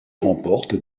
remporte